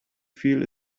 feel